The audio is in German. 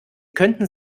könnten